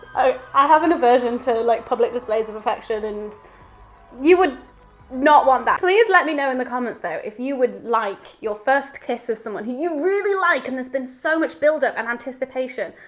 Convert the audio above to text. i have an aversion to like public displays of affection and you would not want that. please let me know in the comments though, if you would like your first kiss of someone who you really like, and there's been so much buildup and anticipation,